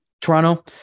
Toronto